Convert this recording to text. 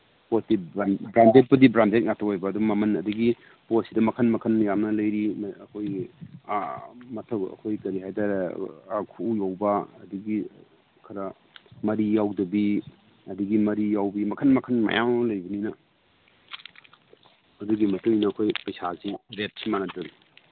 ꯄꯣꯠꯇꯤ ꯕ꯭ꯔꯥꯟꯗꯦꯠꯄꯨꯗꯤ ꯕ꯭ꯔꯥꯟꯗꯦꯠ ꯉꯥꯛꯇ ꯑꯣꯏꯕ ꯑꯗꯨꯗ ꯃꯃꯟ ꯑꯗꯒꯤ ꯄꯣꯠꯁꯤꯗ ꯃꯈꯟ ꯃꯈꯟ ꯌꯥꯝꯅ ꯂꯩꯔꯤ ꯑꯩꯈꯣꯏꯒꯤ ꯑꯩꯈꯣꯏ ꯀꯔꯤ ꯍꯥꯏ ꯇꯥꯔꯦ ꯑꯩꯈꯣꯏ ꯈꯨꯎ ꯌꯧꯕ ꯑꯗꯒꯤ ꯈꯔ ꯃꯔꯤ ꯌꯥꯎꯗꯕꯤ ꯑꯗꯒꯤ ꯃꯔꯤ ꯌꯥꯎꯕꯤ ꯃꯈꯟ ꯃꯈꯟ ꯃꯌꯥꯝ ꯑꯃ ꯂꯩꯕꯅꯤꯅ ꯑꯗꯨꯒꯤ ꯃꯇꯨꯡꯏꯟꯅ ꯑꯩꯈꯣꯏ ꯄꯩꯁꯥꯁꯤ ꯔꯦꯠꯁꯤ ꯃꯥꯟꯅꯗꯦ